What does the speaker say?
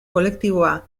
kolektiboa